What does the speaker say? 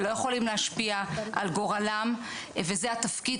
שלא יכולים להשפיע על גורלם וזה התפקיד